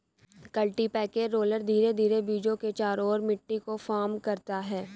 cultipacker roller धीरे धीरे बीजों के चारों ओर मिट्टी को फर्म करता है